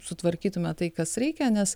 sutvarkytume tai kas reikia nes